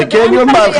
בשום פנים ואופן.